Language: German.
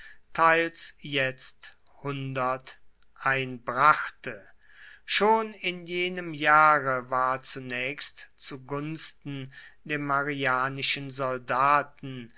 teils jetzt einbrachte schon in jenem jahre war zunächst zu gunsten der marianischen soldaten